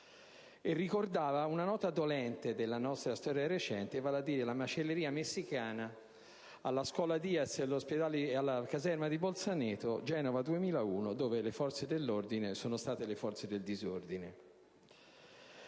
e ricordava una nota dolente della nostra storia recente, vale a dire la "macelleria messicana" a Genova nel 2001 nella scuola Diaz e nella caserma di Bolzaneto, in cui le forze dell'ordine sono state le forze del disordine.